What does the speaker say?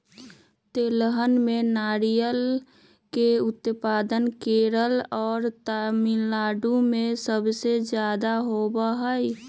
तिलहन में नारियल के उत्पादन केरल और तमिलनाडु में सबसे ज्यादा होबा हई